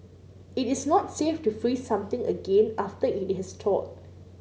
it is not safe to freeze something again after it has thawed